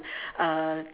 uh